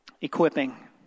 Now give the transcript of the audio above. equipping